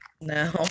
no